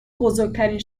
بزرگترین